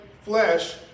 flesh